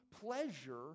pleasure